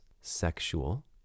sexual